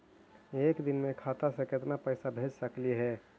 एक दिन में खाता से केतना पैसा भेज सकली हे?